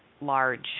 large